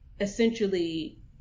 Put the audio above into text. essentially